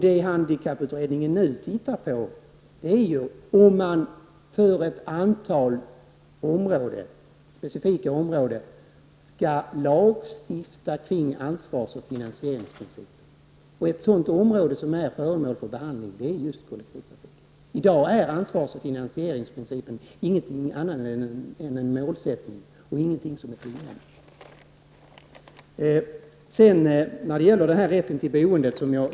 Det handikapputredningen nu ser på är om man på ett antal specifika områden skall lagstifta om ansvars och finansieringsprinciper. Ett område som är föremål för behandling är just kollektivtrafiken. I dag är ansvars och finansieringsprinciper inget annat än en målsättning. Jag påstod att det blivit bättre när det gäller rätten till boende.